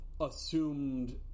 Assumed